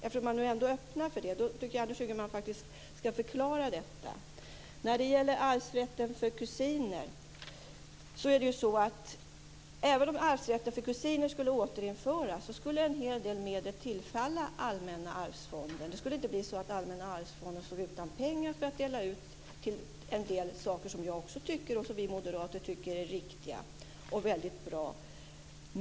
Eftersom man nu ändå öppnar för detta, så tycker jag att Anders Ygeman faktiskt skall förklara detta. Sedan vill jag ta upp det här med arvsrätten för kusiner. Det är ju så att en hel del medel skulle tillfalla Allmänna arvsfonden även om arvsrätten för kusiner skulle återinföras. Det skulle inte bli så att Allmänna arvsfonden stod utan pengar att dela ut till en del saker som jag, och vi moderater, också tycker är viktiga och väldigt bra.